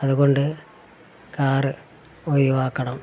അതുകൊണ്ട് കാറ് ഒഴിവാക്കണം